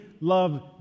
love